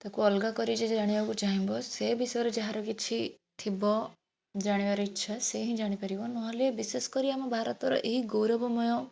ତାକୁ ଅଲଗା କରି ଯିଏ ଜାଣିବାକୁ ଚାହିଁବ ସେ ବିଷୟରେ ଯାହାର କିଛି ଥିବ ଜାଣିବାର ଇଚ୍ଛା ସେ ହିଁ ଜାଣିପାରିବ ନହେଲେ ବିଶେଷ କରି ଆମ ଭାରତର ଏହି ଗୌରବମୟ